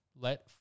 Let